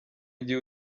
gihe